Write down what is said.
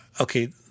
okay